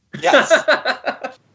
Yes